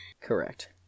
Correct